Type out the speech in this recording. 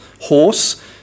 horse